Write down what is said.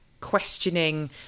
questioning